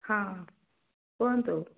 ହଁ କୁହନ୍ତୁ